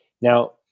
now